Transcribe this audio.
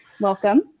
Welcome